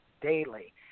Daily